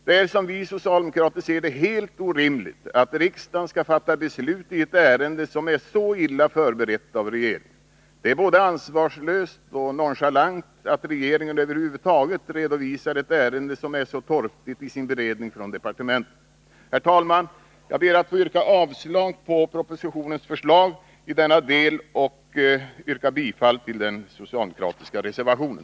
Det är, som vi socialdemokrater ser det, helt orimligt att riksdagen skall fatta beslut i ett ärende som är så illa förberett av regeringen. Det är både ansvarslöst och nonchalant att regeringen över huvud taget redovisar ett ärende som är så torftigt i sin beredning från departementet. Herr talman! Jag ber att få yrka avslag på propositionens förslag i denna del och bifall till den socialdemokratiska reservationen.